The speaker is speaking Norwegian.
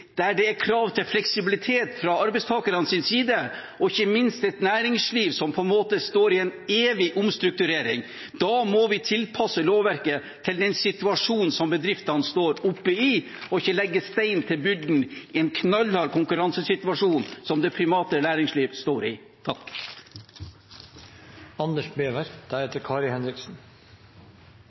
der det er krav til fleksibilitet fra arbeidstakernes side og ikke minst et næringsliv som på en måte står i en evig omstrukturering. Da må vi tilpasse lovverket til den situasjonen som bedriftene står oppe i, og ikke legge stein til byrden i en knallhard konkurransesituasjon som det private næringsliv står i.